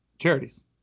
charities